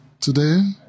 Today